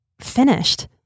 finished